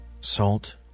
salt